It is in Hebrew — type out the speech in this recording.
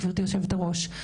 גברתי יושבת הראש,